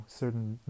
certain